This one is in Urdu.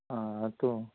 ہاں تو